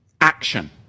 action